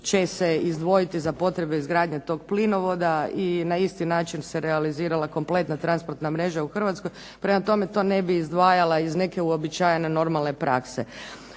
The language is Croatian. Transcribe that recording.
će se izdvojiti za potrebe izgradnje tog plinovoda i na isti način se realizirala kompletna transportna mreža u Hrvatskoj. Prema tome, to ne bih izdvajala iz neke uobičajene normalne prakse.